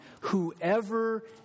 whoever